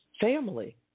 Family